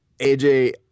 AJ